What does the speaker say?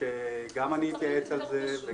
ושגם אני אתייעץ על זה.